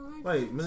Wait